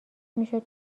میشد